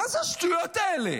מה זה השטויות האלה?